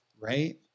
right